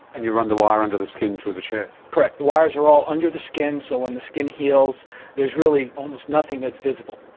and you run the wire under the skin to the chest? correct, the wires are all under the skin so when the skin heals there's really almost nothing that's visible.